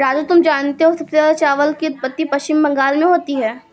राजू तुम जानते हो सबसे ज्यादा चावल की उत्पत्ति पश्चिम बंगाल में होती है